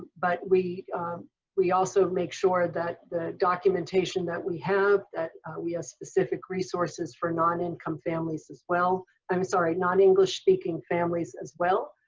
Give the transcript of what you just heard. but we we also make sure that the documentation that we have, that we have specific resources for non-income families as well i'm sorry, non english-speaking families as well.